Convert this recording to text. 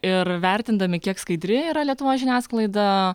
ir vertindami kiek skaidri yra lietuvos žiniasklaida